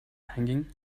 hanging